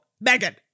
Megan